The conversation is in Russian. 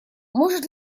может